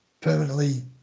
permanently